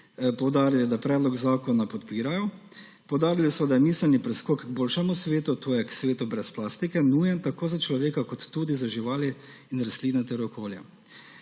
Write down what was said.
poudarile, da predlog zakona podpirajo. Poudarili so, da je miselni preskok k boljšemu svetu, to je k svetu brez plastike, nujen tako na človeka kot tudi za živali in rastline ter okolje.